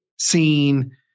seen